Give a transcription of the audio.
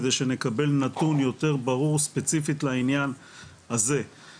כדי שנקבל נתון יותר ברור ספציפית לעניין הזה,